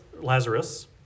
Lazarus